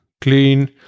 clean